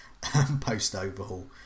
post-overhaul